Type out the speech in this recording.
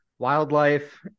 wildlife